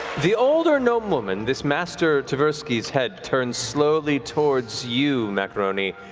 the older gnome woman, this master tversky's head turns slowly towards you, macaroni,